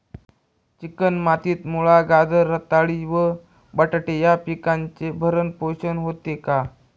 Chicken मातीत मुळा, गाजर, रताळी व बटाटे या पिकांचे भरण पोषण होते का?